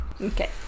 okay